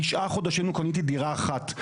תשעה חודשים לא קניתי דירה אחת,